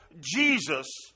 Jesus